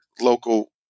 local